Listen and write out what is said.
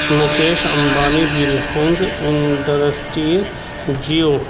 Mukesh Ambani Reliance Industries Jio